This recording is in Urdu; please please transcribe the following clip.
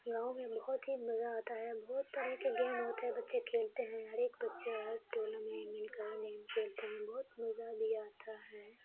گاؤں میں بہت ہی مزہ آتا ہے بہت طرح کے گیم ہوتا ہے بچے کھیلتے ہیں ہر ایک بچے ہر ٹورنامنٹ میں مل کر گیم کھیلتے ہیں بہت مزہ بھی آتا ہے